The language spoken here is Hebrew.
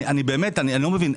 באמת, אני לא מבין.